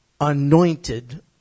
Anointed